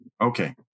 Okay